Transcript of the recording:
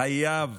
חייבים